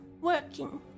working